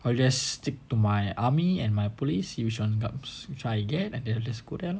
well just stick to my army and my police use some guns which I get then I just go there lor